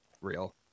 real